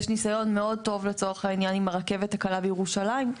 יש ניסיון מאוד טוב לצורך העניין עם הרכבת הקלה בירושלים,